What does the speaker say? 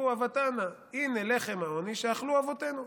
אבהתנא" הינה לחם העוני שאכלו אבותינו.